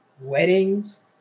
weddings